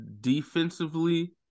defensively